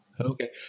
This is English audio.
Okay